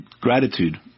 Gratitude